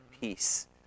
peace